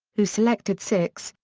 who selected sixth,